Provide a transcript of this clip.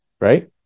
Right